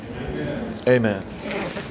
Amen